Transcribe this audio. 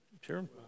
Sure